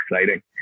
exciting